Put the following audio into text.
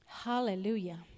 Hallelujah